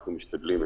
אנחנו משתדלים,